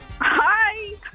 Hi